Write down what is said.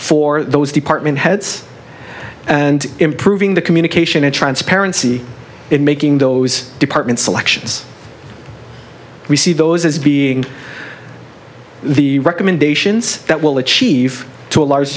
for those department heads and improving the communication and transparency in making those department selections we see those as being the recommendations that will achieve to a large